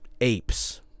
apes